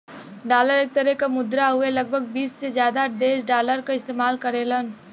dollar एक तरे क मुद्रा हउवे लगभग बीस से जादा देश डॉलर क इस्तेमाल करेलन